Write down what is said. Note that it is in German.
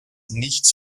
nichts